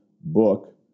book